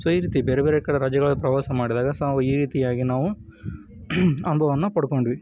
so ಈ ರೀತಿ ಬೇರೆ ಬೇರೆ ಕಡೆ ರಜೆಗಳಲ್ಲಿ ಪ್ರವಾಸ ಮಾಡಿದಾಗ ಸೊ ನಾವು ಈ ರೀತಿಯಾಗಿ ನಾವು ಅನುಭವವನ್ನು ಪಡ್ಕೊಂಡ್ವಿ